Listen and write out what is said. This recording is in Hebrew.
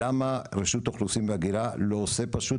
זה למה רשות האוכלוסין וההגירה לא עושה פשוט